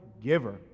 giver